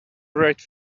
write